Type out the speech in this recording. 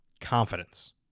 confidence